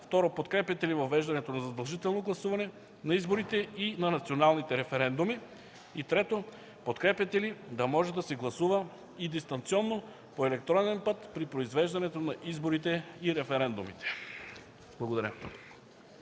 2. Подкрепяте ли въвеждането на задължително гласуване на изборите и на националните референдуми? 3. Подкрепяте ли да може да се гласува и дистанционно по електронен път при произвеждането на изборите и референдумите?”. Благодаря.